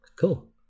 Cool